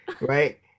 right